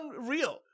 unreal